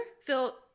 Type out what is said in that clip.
Phil